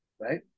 Right